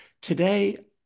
Today